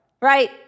right